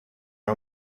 are